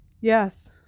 Yes